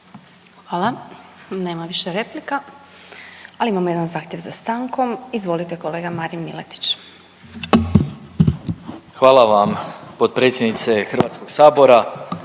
Hvala, nemamo više replika, ali imamo jedan zahtjev za stankom. Izvolite kolega Marin Miletić. **Miletić, Marin (MOST)** Hvala vam potpredsjednice Hrvatskog sabora.